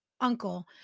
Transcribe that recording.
uncle